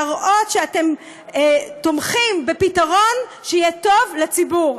להראות שאתם תומכים בפתרון שיהיה טוב לציבור.